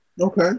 Okay